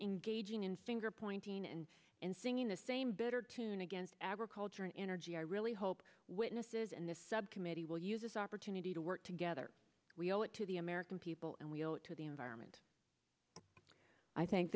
engaging in finger pointing and in singing the same bitter tune against agriculture and energy i really hope witnesses and this subcommittee will use this opportunity to work together we owe it to the american people and we owe it to the environment i thank